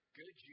good